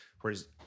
Whereas